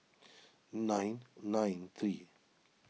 nine nine three